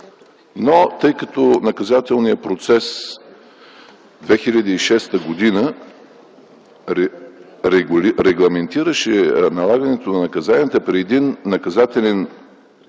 в правото. Наказателният процес 2006 г. регламентираше налагането на наказанията при един Наказателен кодекс,